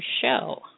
show